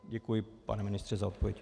Děkuji, pane ministře, za odpověď.